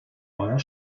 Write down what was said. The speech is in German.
neuer